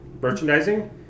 merchandising